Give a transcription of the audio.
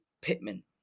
Pittman